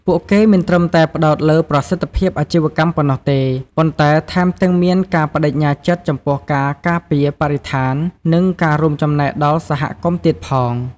ពួកគេមិនត្រឹមតែផ្តោតលើប្រសិទ្ធភាពអាជីវកម្មប៉ុណ្ណោះទេ ប៉ុន្តែថែមទាំងមានការប្ដេជ្ញាចិត្តចំពោះការការពារបរិស្ថាន និងការរួមចំណែកដល់សហគមន៍ទៀតផង។